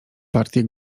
partie